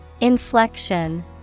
Inflection